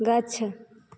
गाछ